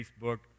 Facebook